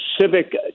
civic